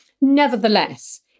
Nevertheless